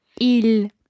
Il